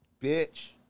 Bitch